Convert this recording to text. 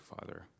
Father